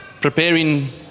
preparing